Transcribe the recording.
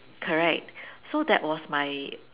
correct so that was my